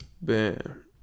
Bam